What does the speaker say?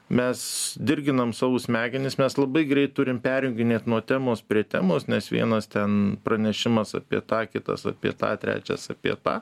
mes dirginam savo smegenis mes labai greit turim perjunginėt nuo temos prie temos nes vienas ten pranešimas apie tą kitas apie tą trečias apie tą